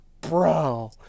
bro